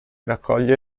raccoglie